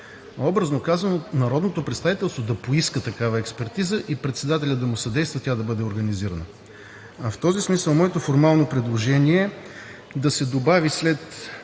Образно казано, народното представителство да поиска такава експертиза и председателят да му съдейства тя да бъде организирана. В този смисъл моето формално предложение е да се добави след